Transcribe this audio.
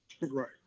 Right